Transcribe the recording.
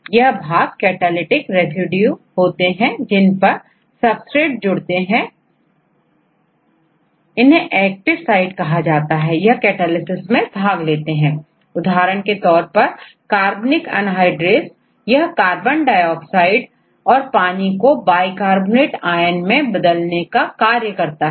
यह भाग catalytic residue होते हैं जिन पर सबसेट जोड़ते हैं इन्हें एक्टिव साइट कहा जाता है और यह कैटालिसिस में भाग लेते हैं उदाहरण के तौर पर कार्बनिक अनहाइड्रेस यह कार्बन डाइऑक्साइड और पानी को बाई कार्बोनेट आयन में बदलने में कार्य करता है